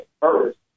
first